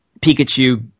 Pikachu